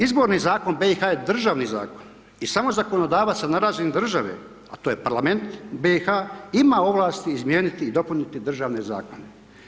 Izvorni zakon BiH-a je državni zakon i samo zakonodavac na razini države a to je Parlament BiH-a, ima ovlasti izmijeniti i dopuniti državne zakone.